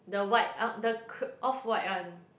the white uh the k~ off white one